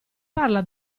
parla